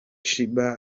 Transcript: sheebah